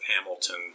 Hamilton